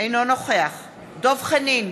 אינו נוכח דב חנין,